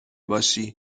باشی